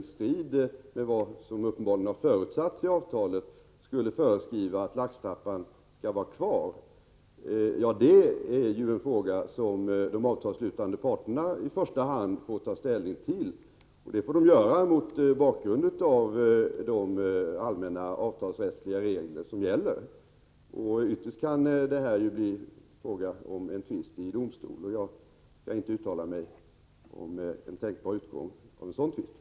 Av svaret på min interpellation och av vårt meningsutbyte här i kammaren framgår klart att justitieministern liksom jag är mycket angelägen om att naturvårdsintressena också vid mål enligt vattenlagen skall ha en stark ställning när allmänintresset skall hävdas gentemot exploateringsintressena. Jag är nöjd med den samstämmigheten, och jag kommer för min del att noga följa den fortsatta handläggningen av detta ärende. Vid behov återkommer jag till justitieministern i frågan.